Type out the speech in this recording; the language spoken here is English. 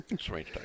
strange